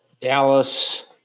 Dallas